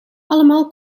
allemaal